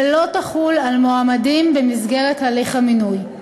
ולא תחול על מועמדים במסגרת הליך המינוי,